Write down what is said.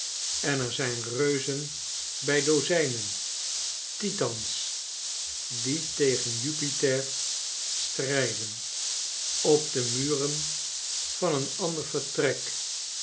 en er zijn reuzen bij dozijnen titans die tegen jupiter strijden op de muren van een ander vertrek